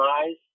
eyes